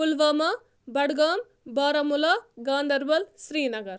Pulwama Budgam Baramulla Ganderbal Sri Nagar